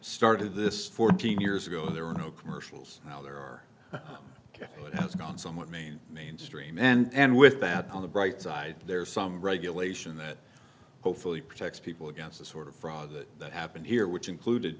started this fourteen years ago there were no commercials now there are ok but that's not somewhat mean mainstream and with that on the bright side there's some regulation that hopefully protects people against the sort of fraud that that happened here which included